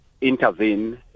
intervene